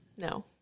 No